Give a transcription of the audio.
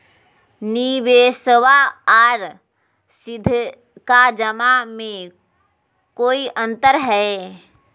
निबेसबा आर सीधका जमा मे कोइ अंतर हय?